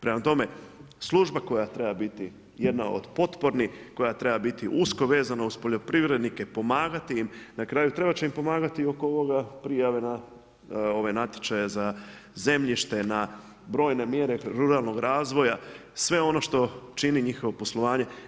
Prema tome služba koja treba biti jedna od potpornih, koja treba biti usko vezana uz poljoprivrednike, pomagati im, na kraju trebat će im pomagati oko prijave natječaja za zemljište na brojne mjere ruralnog razvoja, sve ono što čini njihovo poslovanje.